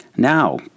Now